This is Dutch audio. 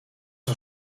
een